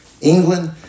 England